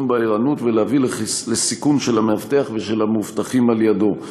בערנות ולהביא לסיכון של המאבטח ושל המאובטחים על-ידו.